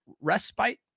Respite